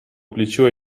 плечу